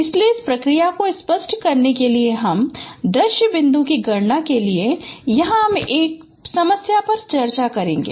इसलिए इस प्रक्रिया को स्पष्ट करने के लिए हम दृश्य बिंदु की गणना के लिए यहाँ हम एक समस्या पर चर्चा करेंगे